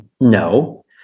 no